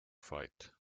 fight